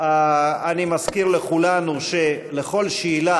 אני מזכיר לכולנו שלכל שאלה